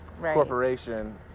corporation